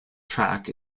track